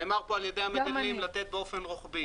נאמר כאן על ידי המגדלים, לתת באופן רוחבי.